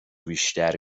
بیشتر